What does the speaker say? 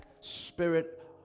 spirit